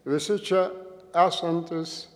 visi čia esantys